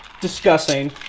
discussing